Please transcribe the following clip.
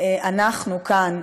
אנחנו כאן,